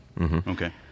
Okay